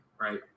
right